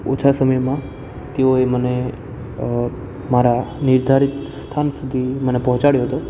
ઓછા સમયમાં તેઓએ મને મારા નિર્ધારિત સ્થાન સુધી મને પહોંચાડ્યો હતો